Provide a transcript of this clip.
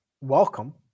Welcome